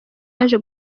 yaje